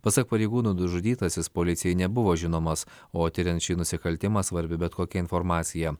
pasak pareigūnų nužudytasis policijai nebuvo žinomas o tiriant šį nusikaltimą svarbi bet kokia informacija